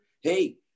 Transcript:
hey